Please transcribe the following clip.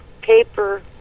paper